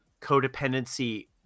codependency